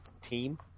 team